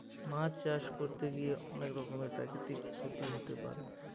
মাছ চাষ করতে গিয়ে অনেক রকমের প্রাকৃতিক ক্ষতি হতে পারে